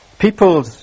People